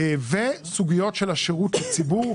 וסוגיות של שירות הציבור,